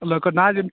لٔکٕر نا حظ